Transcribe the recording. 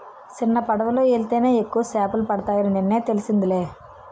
సిన్నపడవలో యెల్తేనే ఎక్కువ సేపలు పడతాయని నిన్నే తెలిసిందిలే